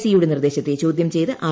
C യുടെ നിർദ്ദേശത്തെ ചോദ്യം ചെയ്ത് ആർ